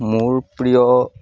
মোৰ প্ৰিয়